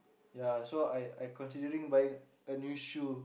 ya so I I considering buy new shoes